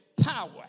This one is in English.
power